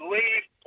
leave